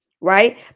right